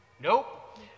nope